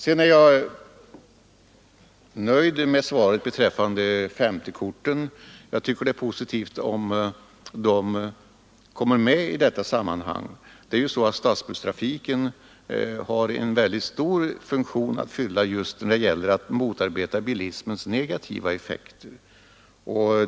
Jag är nöjd med svaret beträffande SO-korten. Jag tycker att det är positivt, om de kommer med i detta sammanhang. Stadsbusstrafiken har en stor funktion att fylla just när det gäller att motarbeta bilismens negativa effekter.